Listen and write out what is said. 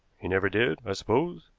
he never did, i suppose?